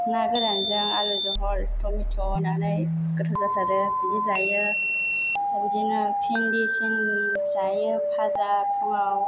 ना गोरानजों आलु जहल टमेट' होनानै गोथाव जाथारो बिदि जायो बिदिनो बिन्दि सिन जायो फाजा फुङाव